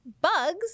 bugs